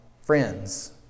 Friends